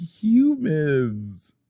humans